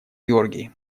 георгий